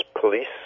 police